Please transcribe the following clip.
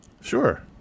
Sure